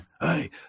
hey